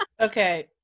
Okay